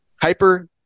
hyper